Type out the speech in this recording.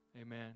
amen